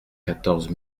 quatorze